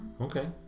Okay